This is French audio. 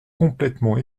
complètement